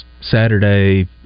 Saturday